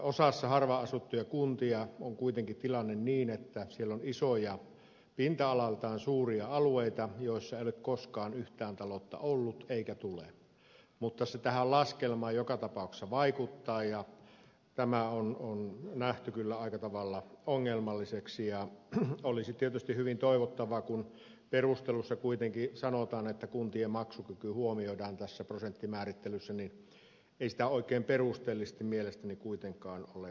osassa harvaanasuttuja kuntia on kuitenkin tilanne niin että siellä on isoja pinta alaltaan suuria alueita missä ei ole koskaan yhtään taloutta ollut eikä tule mutta se tähän laskelmaan joka tapauksessa vaikuttaa ja tämä on nähty kyllä aika tavalla ongelmalliseksi ja korjaus olisi tietysti hyvin toivottava kun perusteluissa kuitenkin sanotaan että kuntien maksukyky huomioidaan tässä prosenttimäärittelyssä ei sitä oikein perusteellisesti mielestäni kuitenkaan ole huomioitu